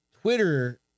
Twitter